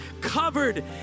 Covered